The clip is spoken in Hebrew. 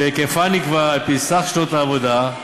שהיקפה נקבע על-פי סך שנות העבודה.